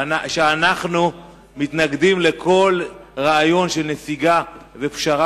שאנחנו מתנגדים לכל רעיון של נסיגה ופשרה